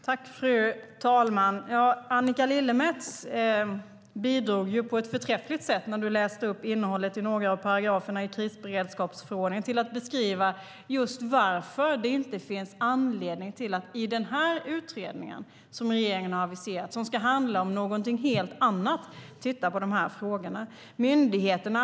Fru talman! När Annika Lillemets läste upp innehållet i några av paragraferna i krisberedskapsförordningen bidrog hon på ett förträffligt sätt till att beskriva varför det inte finns anledning att titta på de här frågorna i den utredning som regeringen har aviserat och som ska handla om någonting helt annat.